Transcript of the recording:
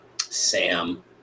Sam